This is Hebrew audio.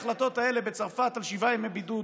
ההחלטות האלה בצרפת על שבעה ימי בידוד,